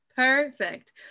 Perfect